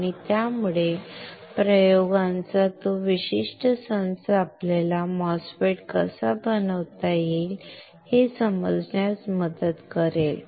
आणि त्यामुळे प्रयोगांचा तो विशिष्ट संच आपल्याला MOSFET कसा बनवता येईल हे समजण्यास मदत करेल